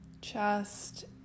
chest